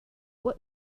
what